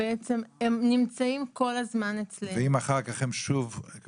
הם נמצאים כל הזמן אצלנו --- ואם אחר כך הם שוב חוזרים לקבל טיפולים,